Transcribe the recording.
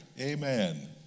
amen